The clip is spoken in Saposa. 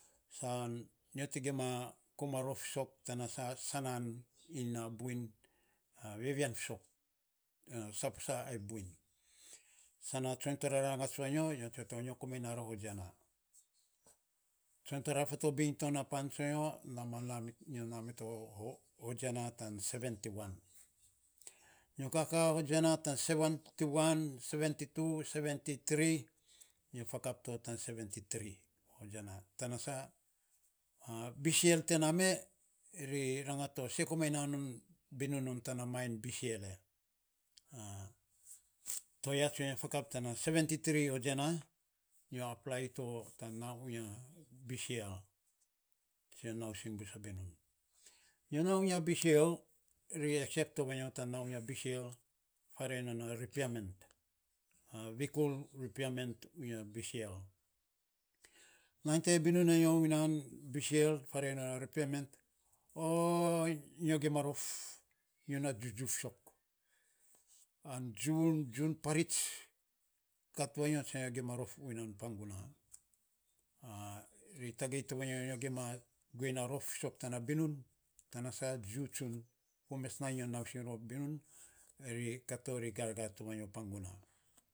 San nyo te gima kama rof fiisok, tanasa sa anan iny naa biun vevian fisok, saposa ai buin, sna tsoiny torara raats vanyo, nyo komainy naa rou hutjena. Tsoiny torara fatobin to na pan tsonyo, nyo naa mito hutjena. Tan fiits safanau ana isen, nyo kaka hutjena fiits safunuu na isen, foan, fopis nyo fakap to tan safunuu ana fopis. Tanasa, bcl, te naa me, ri roats, sei komainy naa no, binun non tana mine bcl e? To ya sana nyo faakap tana fiits safunu7u ana fopis hutjena, nyo aplai to tan na unia bcl, sai nyo nausiny bus a binun, nyo naa unia bcl, ri nom vatoara nyo tan naa unis bcl faare i non a repairmen. Tsoiny ka iny panyis pan tana fo m on. Nainy te binun a nyo unia bcl faarei non a repairmen, o, nyo gima rof, nyo na jijiu fiisok an jiu, jiu pariits kat vanyo sana gima rof unia nan panguna, a, ri tagei to ma nyo na gima guei a rof fiisok tana binun. Tanasa jiu tsun, fo mes nainy nyo nausing rou a binun. Ri kat to rigargar to vanyo panguna